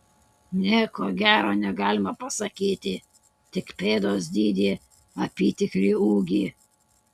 nieko gero negalime pasakyti tik pėdos dydį apytikrį ūgį